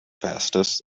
fastest